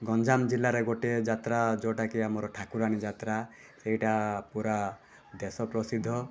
ଗଞ୍ଜାମ ଜିଲ୍ଲାରେ ଗୋଟିଏ ଯାତ୍ରା ଯେଉଁଟାକି ଆମର ଠାକୁରାଣୀ ଯାତ୍ରା ସେଇଟା ପୂରା ଦେଶ ପ୍ରସିଦ୍ଧ